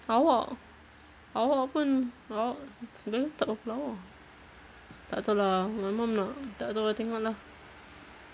awak awak pun lah sebenarnya tak berapa lawa tak tahu lah my mum nak tak tahu ah tengok lah